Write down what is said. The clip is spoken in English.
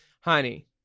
honey